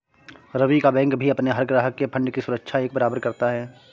रवि का बैंक भी अपने हर ग्राहक के फण्ड की सुरक्षा एक बराबर करता है